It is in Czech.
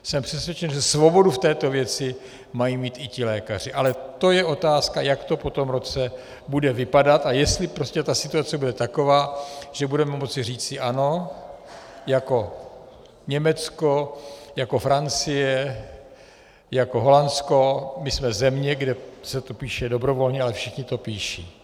Jsem přesvědčen, že svobodu v této věci mají mít i ti lékaři, ale je otázka, jak to po tom roce bude vypadat a jestli ta situace bude taková, že budeme moci říci ano, jako Německo, jako Francie, jako Holandsko, my jsme země, kde se to píše dobrovolně, ale všichni to píší.